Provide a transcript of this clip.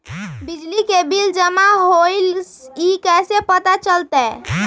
बिजली के बिल जमा होईल ई कैसे पता चलतै?